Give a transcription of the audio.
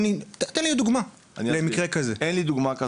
כולם מכירים אותו, מי שנוסע ברכבת רואה את זה.